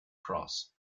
cross